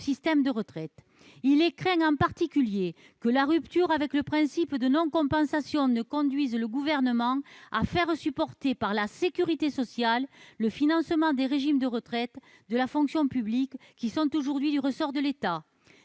système de retraite. On craint, en particulier, que la rupture avec le principe de non-compensation ne conduise le Gouvernement à faire supporter par la sécurité sociale le financement des régimes de retraite de la fonction publique, qui sont aujourd'hui du ressort de l'État.